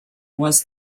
was